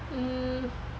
mm